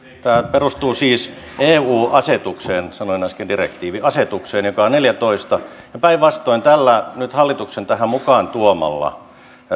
perustuu siis eu asetukseen sanoin äsken direktiivi asetukseen joka on neljätoista ja päinvastoin tällä nyt hallituksen tähän mukaan tuomalla